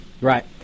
Right